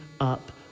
up